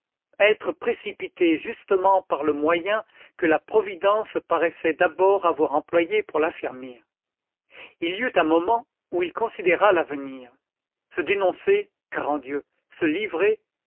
être précipité justement par le moyen que la providence paraissait d'abord avoir employé pour l'affermir il y eut un moment où il considéra l'avenir se dénoncer grand dieu se livrer